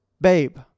Babe